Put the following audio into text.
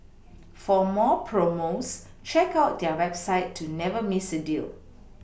for more promos check out their website to never Miss a deal